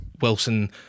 Wilson